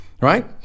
Right